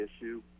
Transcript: issue